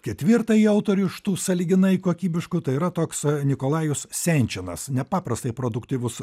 ketvirtąjį autorių iš tų sąlyginai kokybiškų tai yra toks nikolajus senčinas nepaprastai produktyvus